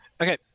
Okay